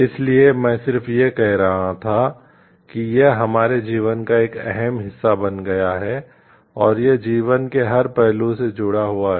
इसलिए मैं सिर्फ यह कह रहा था कि यह हमारे जीवन का एक एहम हिस्सा बन गया है और यह जीवन के हर पहलू से जुड़ा हुआ है